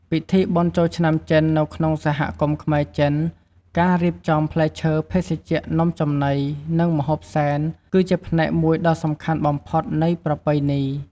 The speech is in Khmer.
ពិធីបុណ្យចូលឆ្នាំចិននៅក្នុងសហគមន៍ខ្មែរ-ចិន ការរៀបចំ ផ្លែឈើ ភេសជ្ជៈ នំចំណី និងម្ហូបសែន គឺជាផ្នែកមួយដ៏សំខាន់បំផុតនៃប្រពៃណី។